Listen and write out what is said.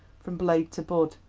from blade to bud,